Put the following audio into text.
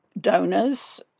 donors